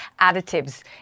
additives